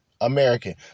American